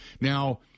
now